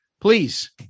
please